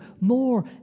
more